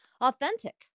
authentic